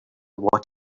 what